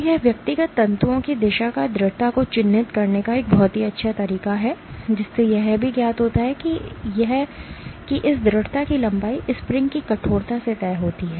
तो यह व्यक्तिगत तंतुओं की दिशा की दृढ़ता को चिह्नित करने का एक बहुत अच्छा तरीका होगा जिसे यह भी ज्ञात है कि इस दृढ़ता की लंबाई स्प्रिंग की कठोरता से तय होती है